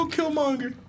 Killmonger